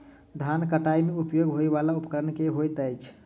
धान कटाई मे उपयोग होयवला उपकरण केँ होइत अछि?